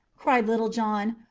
cried little john.